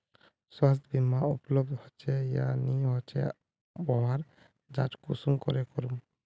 स्वास्थ्य बीमा उपलब्ध होचे या नी होचे वहार जाँच कुंसम करे करूम?